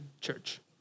church